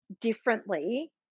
differently